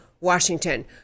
Washington